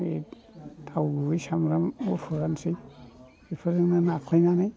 बे थाव गुबै सामब्राम गुफुरानसै बेफोरखौनो नाख्लायनानै